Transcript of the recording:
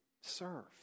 serve